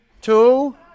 two